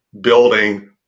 building